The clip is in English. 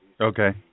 Okay